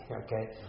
Okay